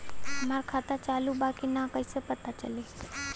हमार खाता चालू बा कि ना कैसे पता चली?